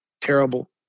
terrible